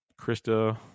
Krista